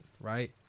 right